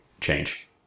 change